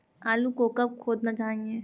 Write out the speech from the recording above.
आलू को कब खोदना चाहिए?